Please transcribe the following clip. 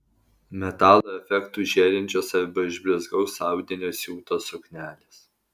metalo efektu žėrinčios arba iš blizgaus audinio siūtos suknelės